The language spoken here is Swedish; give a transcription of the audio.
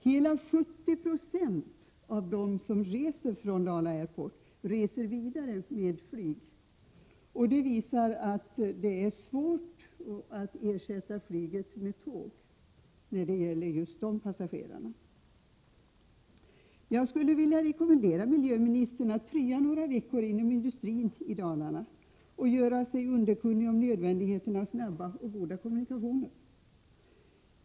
Hela 70 96 av dem som reser från Dala Airport reser vidare med flyg. Detta visar att det är svårt att ersätta flyget med tåg för just dessa passagerare. Jag skulle vilja rekommendera miljöministern att prya några veckor inom industrin i Dalarna och göra sig underkunnig om nödvändigheten av snabba och goda kommunikationer.